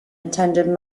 attended